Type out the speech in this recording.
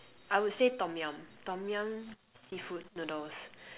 I would say Tom-Yum Tom-Yum seafood noodles